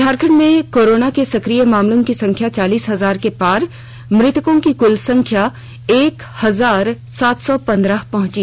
झारखंड में कोरोना के सकिय मामलों की संख्या चालीस हजार के पार मृतकों की कुल संख्या एक हजार सात सौ पंद्रह पहंची